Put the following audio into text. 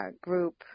group